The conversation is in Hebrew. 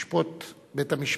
ישפוט בית-המשפט.